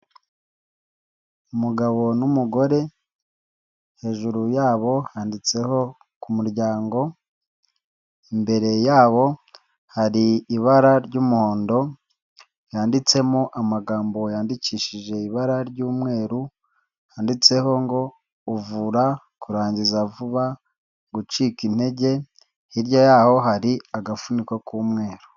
Umugabo n'umugore, hejuru yabo handitseho ku muryango, imbere yabo hari ibara ry'umuhondo ryanditsemo amagambo yandikishije ibara ry'umweru, handitseho ngo; uvura kurangiza vuba, gucika intege, hirya yaho hari agafuniko k'umweru.